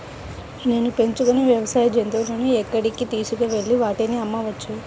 నేను పెంచుకొనే వ్యవసాయ జంతువులను ఎక్కడికి తీసుకొనివెళ్ళి వాటిని అమ్మవచ్చు?